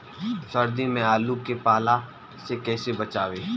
सर्दी में आलू के पाला से कैसे बचावें?